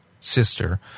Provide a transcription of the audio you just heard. sister